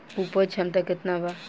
उपज क्षमता केतना वा?